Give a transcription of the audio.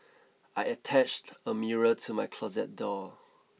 I attached a mirror to my closet door